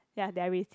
ya they are racist